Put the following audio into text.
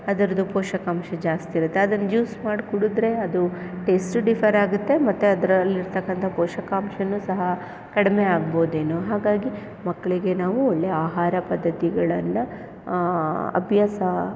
ಅದರದ್ದು ಪೋಷಕಾಂಶ ಜಾಸ್ತಿ ಇರುತ್ತೆ ಅದನ್ನ ಜ್ಯೂಸ್ ಮಾಡಿ ಕುಡಿದ್ರೆ ಅದು ಟೇಸ್ಟ್ ಡಿಫರಾಗುತ್ತೆ ಮತ್ತು ಅದ್ರಲ್ಲಿರ್ತಕ್ಕಂಥ ಪೋಷಕಾಂಶನೂ ಸಹ ಕಡಿಮೆ ಆಗ್ಬೋದೇನೋ ಹಾಗಾಗಿ ಮಕ್ಕಳಿಗೆ ನಾವು ಒಳ್ಳೆ ಆಹಾರ ಪದ್ದತಿಗಳನ್ನು ಅಭ್ಯಾಸ